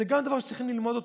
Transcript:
גם זה דבר שצריכים ללמוד אותו.